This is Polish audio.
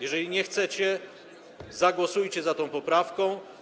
Jeżeli nie chcecie, zagłosujcie za tą poprawką.